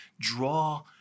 draw